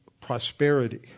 prosperity